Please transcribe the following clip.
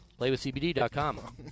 PlaywithCBD.com